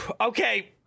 okay